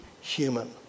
human